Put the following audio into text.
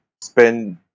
spend